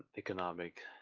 economic